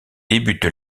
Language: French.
débute